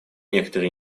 некоторые